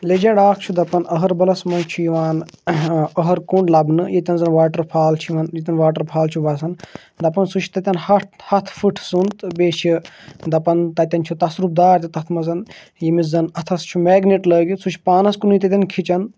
legend اَکھ چھُ دَپان أہربَلَس منٛز چھُ یِوان أہرک لَبنہٕ ییٚتٮ۪ن زَن واٹَر فال چھِ یِوَان ییٚتٮ۪ن واٹَر فال چھُ وَسَان دَپَان سُہ چھِ تَتٮ۪ن ہَتھ ہَتھ پھٕٹہٕ سُنٛد تہٕ بیٚیہِ چھِ دَپان تَتٮ۪ن چھُ تَصرُب دار تہِ تَتھ منٛزَن ییٚمِس زَن اَتھَس چھُ میگنٮ۪ٹ لٲگِتھ سُہ چھُ پانَس کُنُے تَتٮ۪ن کھِچَن